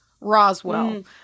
Roswell